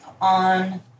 on